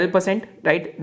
right